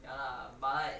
a bi